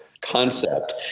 concept